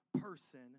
person